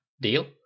Deal